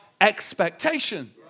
expectation